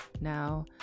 now